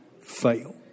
fail